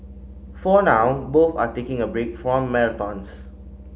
for now both are taking a break from marathons